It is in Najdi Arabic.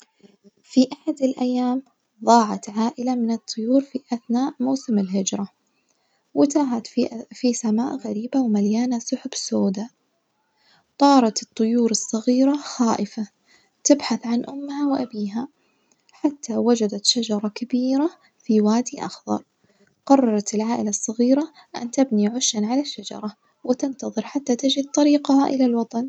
في أحد الأيام ظاعت عائلة من الطيور في أثناء موسم الهجرة، وتاهت في في سماء غريبة ومليانة سحب سودا طارت الطيور الصغيرة خائفة تبحث عن أمها وأبيها حتى وجدت شجرة كبيرة في وادي أخظر، قررت العائلة الصغيرة أن تبني عشًا على الشجرة وتنتظر حتى تجد طريقها إلى الوطن.